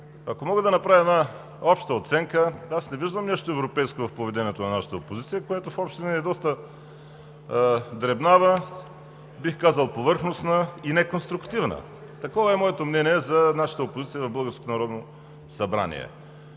Ако мога да направя една обща оценка, аз не виждам нещо европейско в поведението на нашата опозиция, която в общи линии е доста дребнава, бих казал повърхностна и неконструктивна. Такова е моето мнение за нашата опозиция в